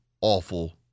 awful